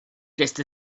just